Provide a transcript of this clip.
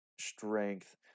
strength